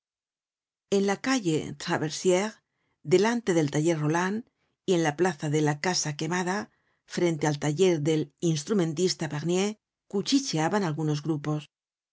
en la calle traversiere delante del taller roland y en la plaza de la casa quemada frente al taller del instrumentista bernier cuchicheaban algunos grupos